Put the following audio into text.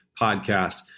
podcast